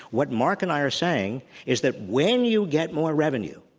what mark and i are saying is that when you get more revenue,